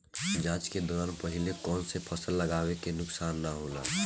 जाँच के दौरान पहिले कौन से फसल लगावे से नुकसान न होला?